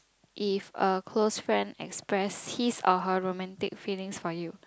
if a close friend express his or her romantic feelings for you